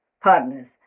partners